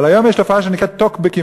אבל היום יש תופעה שנקראת טוקבקים